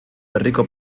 herriko